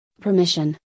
permission